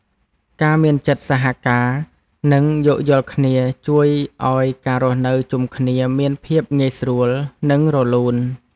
ការមានចិត្តសហការ និងយោគយល់គ្នាជួយឱ្យការរស់នៅជុំគ្នាមានភាពងាយស្រួល និងរលូន។